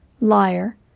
Liar